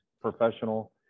professional